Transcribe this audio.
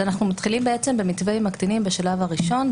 אנחנו מתחילים במתווה עם הקטינים בשלב הראשון,